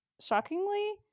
shockingly